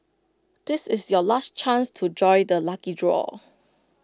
this is your last chance to join the lucky draw